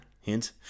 Hint